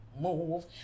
Move